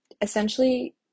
essentially